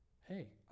hey